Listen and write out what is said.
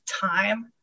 time